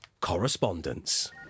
correspondence